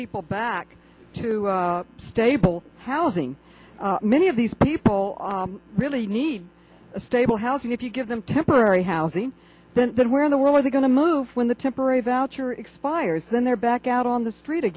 people back to stable housing many of these people really need a stable housing if you give them temporary housing then then where in the world are they going to move when the temporary voucher expires then they're back out on the street a